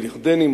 על ירדנים,